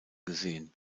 gesehen